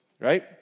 right